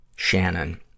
Shannon